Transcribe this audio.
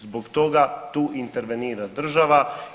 Zbog toga tu intervenira država.